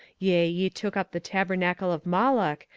ye took up the tabernacle of moloch,